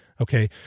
Okay